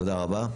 תודה רבה.